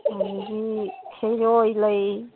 ꯑꯗꯒꯤ ꯈꯩꯔꯣꯏ ꯂꯩ